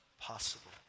possible